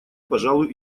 пожалуй